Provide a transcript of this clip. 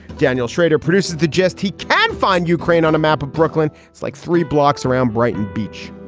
daniel shrader produces the gist. he can find ukraine on a map of brooklyn. it's like three blocks around brighton beach.